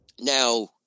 Now